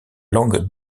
langue